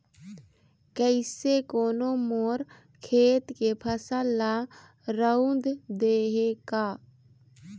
कइसे कोनो मोर खेत के फसल ल रंउद दे हे का?